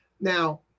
Now